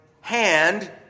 hand